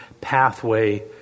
pathway